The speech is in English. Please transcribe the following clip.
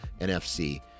NFC